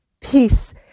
peace